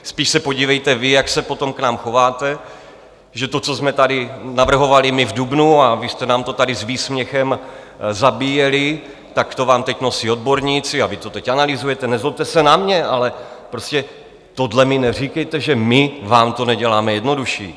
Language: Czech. Spíš se podívejte vy, jak se potom k nám chováte, že to, co jsme tady navrhovali my v dubnu, a vy jste nám to tady s výsměchem zabíjeli, tak to vám teď nosí odborníci a vy to teď analyzujete, nezlobte se na mě, ale prostě tohle mi neříkejte, že my vám to neděláme jednodušší.